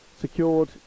secured